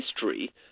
history